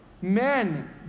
men